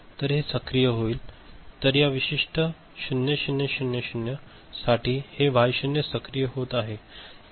तर हे सक्रिय होईल तर या विशिष्ट 0 0 0 0 साठी हे Y 0 सक्रिय होत आहे